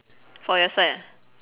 for your side ah